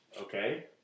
Okay